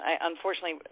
unfortunately